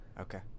Okay